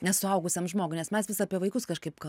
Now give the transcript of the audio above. nes suaugusiam žmogui nes mes vis apie vaikus kažkaip kal